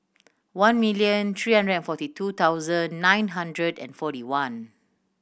one million three hundred and forty two thousand nine hundred and forty one